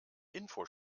info